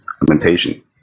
implementation